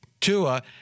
Tua